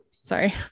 sorry